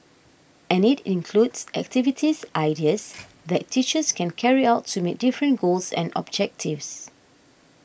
and it includes activities ideas that teachers can carry out to meet different goals and objectives